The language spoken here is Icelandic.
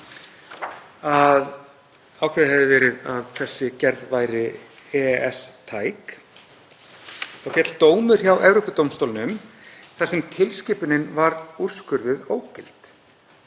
að ákveðið var að þessi gerð væri EES-tæk féll dómur hjá Evrópudómstólnum þar sem tilskipunin var úrskurðuð ógild.